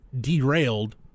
derailed